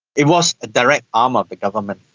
it was a direct arm of the government.